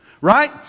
right